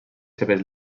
seves